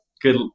good